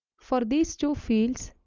for these two fields,